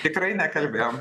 tikrai nekalbėjom